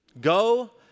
go